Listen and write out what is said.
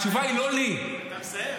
התשובה היא לא לי -- אתה מסיים.